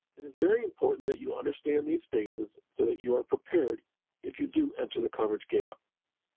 it is very important that you understand these phases so that you are prepared if you do enter the coverage gap.